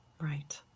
Right